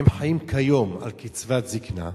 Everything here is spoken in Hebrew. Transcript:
הם חיים כיום על קצבת זיקנה,